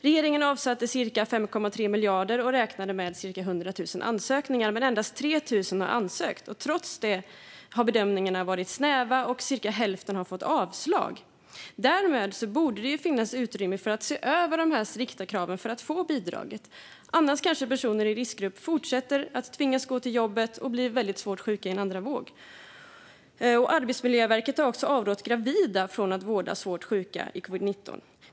Regeringen avsatte 3,5 miljarder och räknade med ca 100 000 ansökningar. Men endast 3 000 har ansökt. Trots det har bedömningarna varit snäva, och cirka hälften har fått avslag. Därmed borde det finnas utrymme för att se över de strikta kraven för att få bidraget. Annars kanske personer i riskgrupp tvingas att fortsätta gå till jobbet och riskera att bli svårt sjuka i en andra våg. Arbetsmiljöverket har också avrått gravida från att vårda svårt sjuka i covid-19.